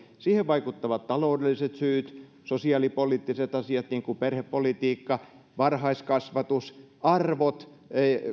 siihen vaikuttavat taloudelliset syyt sosiaalipoliittiset asiat niin kuin perhepolitiikka varhaiskasvatus arvot